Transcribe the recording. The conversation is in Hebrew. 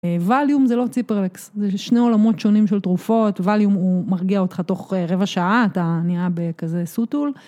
ווליום זה לא ציפרלקס, זה שני עולמות שונים של תרופות, ווליום הוא מרגיע אותך תוך רבע שעה, אתה נהיה בכזה סוטול.